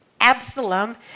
Absalom